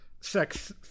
sex